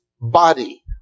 body